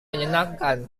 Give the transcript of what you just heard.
menyenangkan